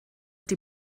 die